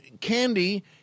candy